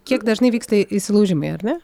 kiek dažnai vyksta įsilaužimai ar ne